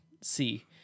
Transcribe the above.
see